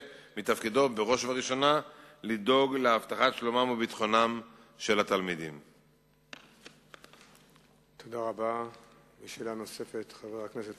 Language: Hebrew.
1. חבר הכנסת